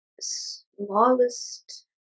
smallest